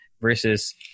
versus